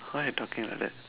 why you talking like that